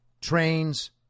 trains